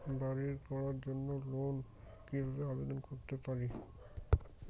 বাড়ি করার জন্য লোন কিভাবে আবেদন করতে পারি?